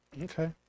Okay